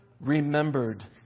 remembered